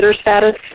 status